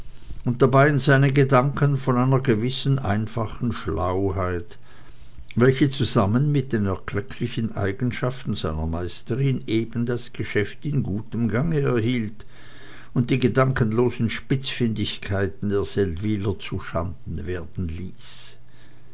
und dabei in seinen gedanken von einer gewissen einfachen schlauheit welche zusammen mit den erklecklichen eigenschaften seiner meisterin eben das geschäft in gutem gange erhielt und die gedankenlosen spitzfindigkeiten der seldwyler zuschanden werden ließ